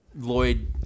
Lloyd